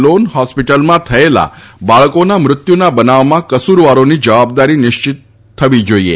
loan હોસ્પિટલમાં થયેલા બાળકોના મત્યના બનાવમાં કસૂરવારોની જવાબદારી નિશ્ચિત થવી જોઇએ